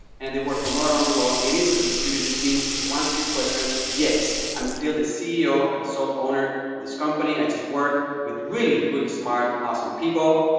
and they work from all around the world. it is a distributed team, to to answer your question, yes. i'm still the ceo and sole owner of this company. i just work with really, really smart, awesome people,